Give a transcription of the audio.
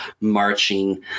marching